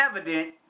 evident